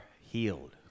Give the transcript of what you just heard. healed